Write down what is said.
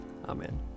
Amen